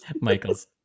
Michael's